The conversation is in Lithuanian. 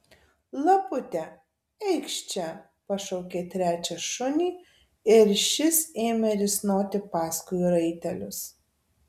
lapute eikš čia pašaukė trečią šunį ir šis ėmė risnoti paskui raitelius